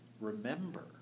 remember